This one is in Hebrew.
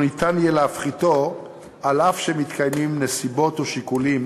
יהיה אפשר להפחיתו אף שמתקיימים נסיבות או שיקולים